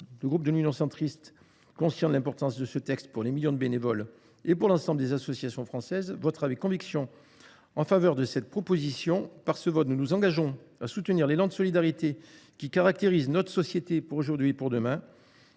Le groupe Union Centriste, conscient de l’importance de ce texte pour les millions de bénévoles et pour l’ensemble des associations françaises, votera avec conviction en faveur de ce texte. Par ce vote, nous nous engageons à soutenir l’élan de solidarité qui caractérise notre société pour aujourd’hui et pour demain.